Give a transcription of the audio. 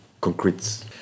concrete